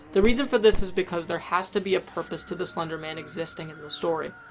the reason for this is because there has to be a purpose to the slender man existing in the story.